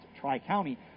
Tri-County